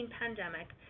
pandemic